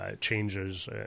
changes